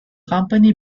company